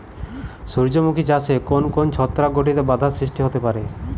সূর্যমুখী চাষে কোন কোন ছত্রাক ঘটিত বাধা সৃষ্টি হতে পারে?